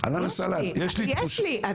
יש לך שתי מכולות.